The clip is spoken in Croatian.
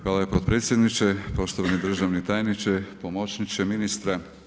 Hvala potpredsjedniče, poštovani državni tajniče, pomoćniče ministra.